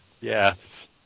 Yes